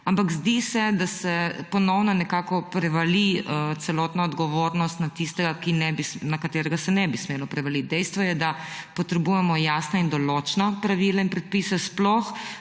Ampak zdi se, da se ponovno nekako prevali celotna odgovornost na tistega, na katerega se ne bi smelo prevaliti. Dejstvo je, da potrebujemo jasna in določna pravila in predpise, sploh